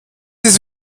ist